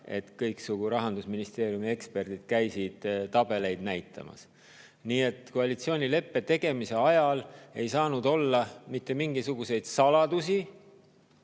et kõiksugu Rahandusministeeriumi eksperdid käisid tabeleid näitamas. Nii et koalitsioonileppe tegemise ajal ei saanud olla mitte mingisuguseid saladusi,